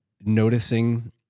noticing